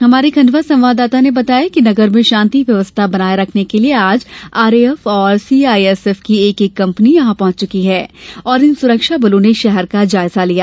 हमारे खण्डवा संवाददाता के अनुसार नगर में शांति व्यवस्था बनाये रखने के लिए आज आरएएफ और सीआईएसएफ की एक एक कंपनी यहां पहुंच चुकी है और इन सुरक्षा बलों ने शहर का जायजा लिया